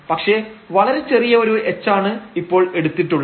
പക്ഷേ വളരെ ചെറിയ ഒരു h ആണ് ഇപ്പോൾ എടുത്തിട്ടുള്ളത്